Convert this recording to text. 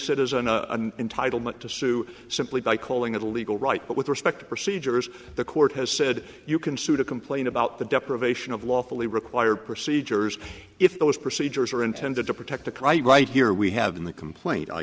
citizen a entitlement to sue simply by calling it a legal right but with respect to procedures the court has said you can sue to complain about the deprivation of lawfully required procedures if those procedures are intended to protect a cry right here we have in the complaint i